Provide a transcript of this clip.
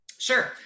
Sure